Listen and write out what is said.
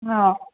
ହଁ